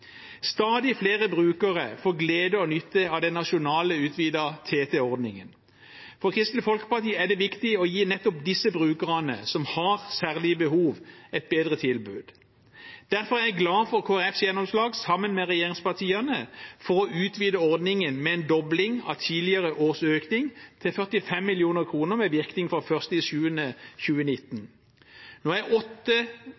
Stadig flere brukere får glede og nytte av den nasjonale, utvidede TT-ordningen. For Kristelig Folkeparti er det viktig å gi nettopp disse brukerne som har særlige behov, et bedre tilbud. Derfor er jeg glad for Kristelig Folkepartis gjennomslag – sammen med regjeringspartiene – for å utvide ordningen, med en dobling av tidligere års økning, til 45 mill. kr med virkning fra 1. juli 2019. Nå er åtte fylker med i